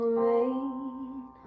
rain